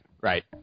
right